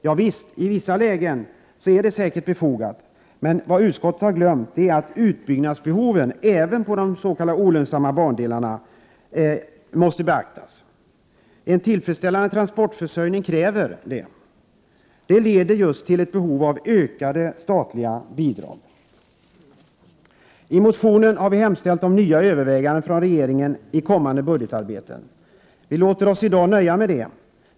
Ja visst, i vissa lägen är detta säkert befogat, men vad utskottet har glömt är att utbyggnadsbehovet även på de s.k. olönsamma bandelarna måste beaktas. En tillfredsställande transportförsörjning kräver detta, och det leder just till ett behov av ökade statliga bidrag. I motionen har vi hemställt om nya överväganden från regeringen under kommande budgetarbete. Vi låter oss i dag nöja med det.